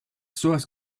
source